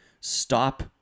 Stop